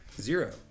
Zero